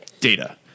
data